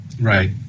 Right